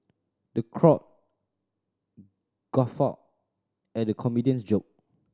the crowd guffawed at the comedian's joke